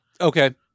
Okay